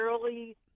early